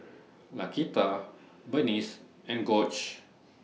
Laquita Burnice and Gorge